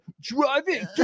driving